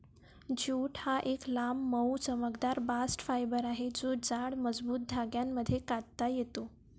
jute हा एक लांब, मऊ, चमकदार बास्ट फायबर आहे जो जाड, मजबूत धाग्यांमध्ये कातता येतो